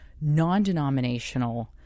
non-denominational